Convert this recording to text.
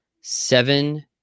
seven